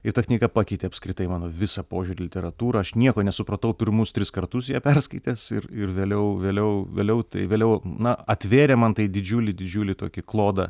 ir ta knyga pakeitė apskritai mano visą požiūrį į literatūrą aš nieko nesupratau pirmus tris kartus ją perskaitęs ir ir vėliau vėliau vėliau tai vėliau na atvėrė man tai didžiulį didžiulį tokį klodą